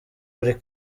buri